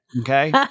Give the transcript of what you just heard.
Okay